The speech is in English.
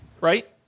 Right